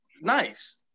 nice